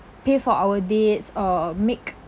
pay for our dates or make